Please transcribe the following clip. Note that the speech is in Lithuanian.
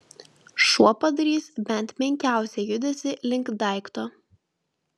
šuo padarys bent menkiausią judesį link daikto